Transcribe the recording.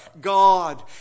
God